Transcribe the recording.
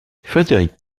frédéric